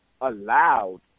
allowed